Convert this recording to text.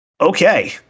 Okay